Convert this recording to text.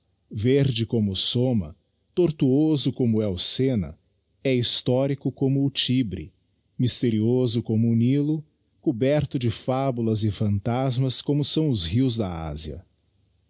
verde como o somma tortuoso como éo senna é histórico como o tibre mysterioso como o nilo coberto de fabulas e phantasmas como são os rios da ásia